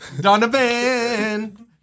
Donovan